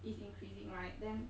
is increasing right then